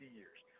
years